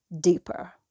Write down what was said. deeper